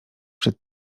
przed